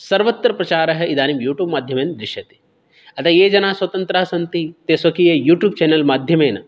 सर्वत्र प्रचारः इदानीं यूट्यूब् माध्यमेन दृश्यते अतः ये जनाः स्वतन्त्राः सन्ति ते स्वकीय यूट्यूब् चैनल् माध्यमेन